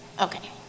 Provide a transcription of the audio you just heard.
Okay